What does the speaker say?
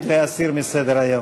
ההצעה לכלול את הנושא בסדר-היום